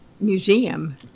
museum